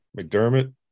McDermott